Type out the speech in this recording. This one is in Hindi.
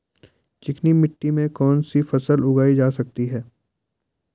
चिकनी मिट्टी में कौन सी फसल उगाई जा सकती है?